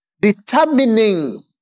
determining